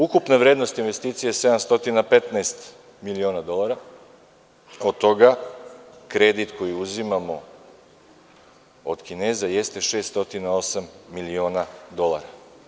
Ukupna vrednost investicije je 715 miliona dolara, od toga kredit koji uzimamo od Kineza jeste 608 miliona dolara.